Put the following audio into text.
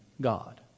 God